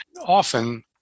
often